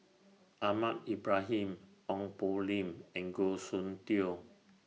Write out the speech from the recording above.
Ahmad Ibrahim Ong Poh Lim and Goh Soon Tioe